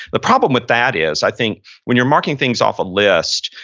the problem with that is i think when you're marking things off a list,